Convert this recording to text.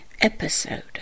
episode